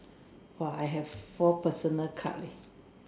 !wah! I have four personal card leh